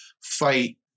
fight